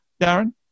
Darren